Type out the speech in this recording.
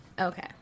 Okay